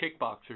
kickboxer